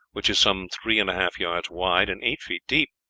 which is some three and a half yards wide and eight feet deep.